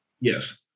yes